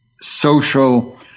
social